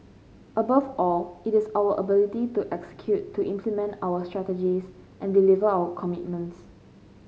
above all it is our ability to execute to implement our strategies and deliver our commitments